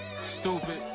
Stupid